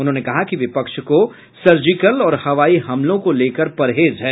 उन्होंने कहा कि विपक्ष को सर्जिकल और हवाई हमलों को लेकर परहेज है